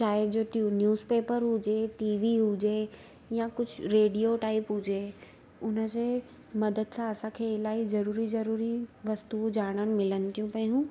चाहे news paper हुजे T V हुजे या कुझु रेडिओ टाइप हुजे उनजे मदद सां असांखे इलाही ज़रूरी ज़रूरी वस्तू जी ॼाण मिलनि थी पयूं